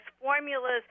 formulas